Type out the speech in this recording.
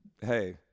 Hey